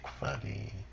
funny